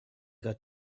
got